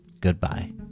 Goodbye